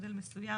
בגודל מסויים,